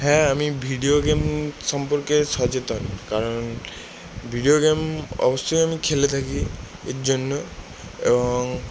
হ্যাঁ আমি video game সম্পর্কে সচেতন কারণ ভিডিও গেম অবশ্যই আমি খেলে থাকি এর জন্য এবং